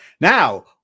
Now